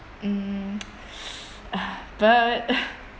mm but